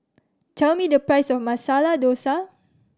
tell me the price of Masala Dosa